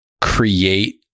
create